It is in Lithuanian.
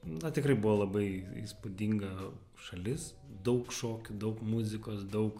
na tikrai buvo labai įspūdinga šalis daug šokių daug muzikos daug